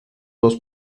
dos